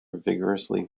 vigorously